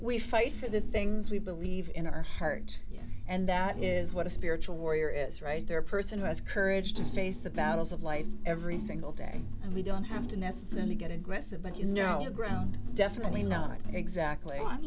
we fight for the things we believe in our heart and that is what a spiritual warrior is right there a person who has courage to face the battles of life every single day and we don't have to necessarily get aggressive but you know ground definitely not exactly